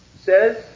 says